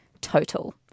total